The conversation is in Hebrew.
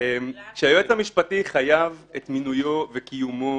כשהיועץ המשפטי חייב את מינויו וקיומו